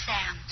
Sam